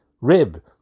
rib